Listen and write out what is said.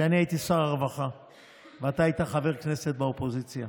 כשאני הייתי שר הרווחה ואתה היית חבר כנסת באופוזיציה.